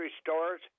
stores